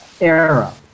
era